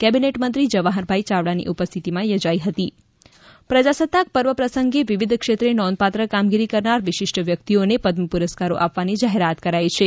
cabinet મંત્રી જવાહરભાઇ યાવડા ની ઉપસ્થિતિમાં ધ્વજ લહેરાવ્યો હતો પદ્મ પુરસ્કારો પ્રજાસત્તાક પર્વ પ્રસંગે વિવિધ ક્ષેત્રે નોંધપાત્ર કામગીરી કરનાર વિશિષ્ટ વ્યક્તિઓને પદમ પુરસ્કારો આપવાની જાહેરાત કરાઇ છે